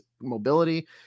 mobility